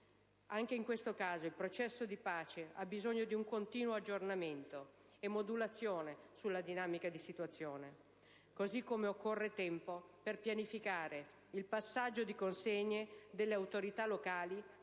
Anche in questo caso, il processo di pace ha bisogno di un continuo aggiornamento e modulazione sulla dinamica di situazione. Così come occorre tempo per pianificare il passaggio di consegne alle autorità locali,